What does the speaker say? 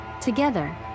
together